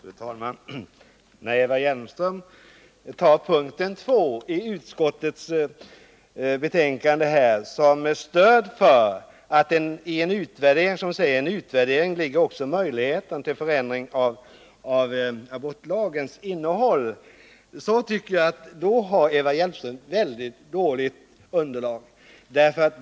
Fru talman! När Eva Hjelmström tar p. 2 i utskottets betänkande som stöd för att hävda att, som hon säger, i en utvärdering ligger också möjligheten till en förändring av abortlagens innehåll, tycker jag att hon har ett mycket dåligt underlag.